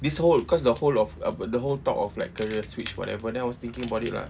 this whole cause the whole of uh the whole talk of like career switch whatever then I was thinking about it lah